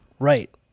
Right